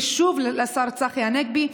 ושוב לשר צחי הנגבי,